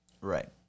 Right